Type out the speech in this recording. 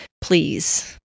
please